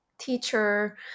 teacher